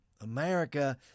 America